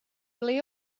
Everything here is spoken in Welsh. ble